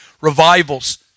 revivals